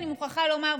אני מוכרחה לומר,